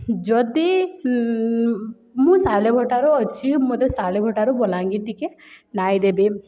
ଯଦି ମୁଁ ସାଲେ ଭଟାରୁ ଅଛି ମୋତେ ସାଲେ ଭଟାରୁ ବଲାଙ୍ଗୀର ଟିକେ ନାଇଁ ଦେବେ